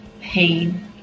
pain